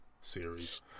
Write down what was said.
series